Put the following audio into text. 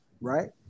Right